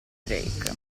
drake